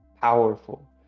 Powerful